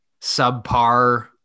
subpar –